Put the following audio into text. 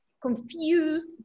confused